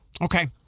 Okay